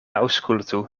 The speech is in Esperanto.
aŭskultu